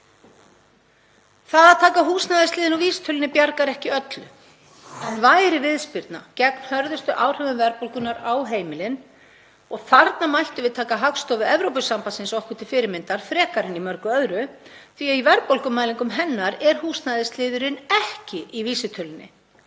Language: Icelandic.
Það að taka húsnæðisliðinn úr vísitölunni bjargar ekki öllu en væri viðspyrna gegn hörðustu áhrifum verðbólgunnar á heimilin. Þarna mættum við taka Hagstofu Evrópusambandsins okkur til fyrirmyndar frekar en í mörgu öðru. Í verðbólgumælingum hennar er húsnæðisliðurinn ekki í vísitölunni.